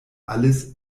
alles